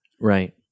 Right